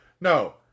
No